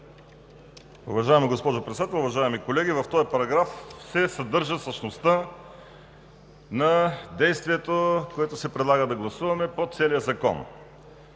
Уважаема госпожо Председател, уважаеми колеги! В този параграф се съдържа същността на действието, което се предлага да гласуваме по целия закон.